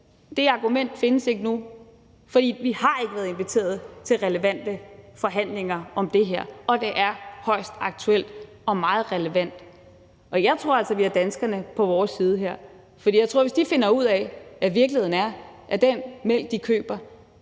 Det argument findes ikke nu. For vi har ikke været inviteret til relevante forhandlinger om det her, og det er højst aktuelt og meget relevant. Jeg tror altså, at vi har danskerne på vores side her, for jeg tror, at hvis de finder ud af, at virkeligheden er, at den mælk, de køber,